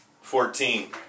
Fourteen